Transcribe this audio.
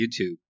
YouTube